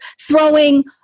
throwing